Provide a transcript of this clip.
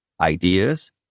ideas